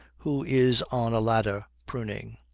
who is on a ladder, pruning.